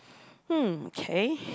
hmm okay